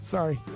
Sorry